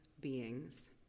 beings